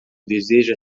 deseja